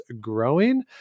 growing